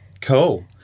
Cool